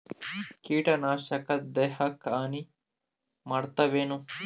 ಕೀಟನಾಶಕ ದೇಹಕ್ಕ ಹಾನಿ ಮಾಡತವೇನು?